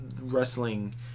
wrestling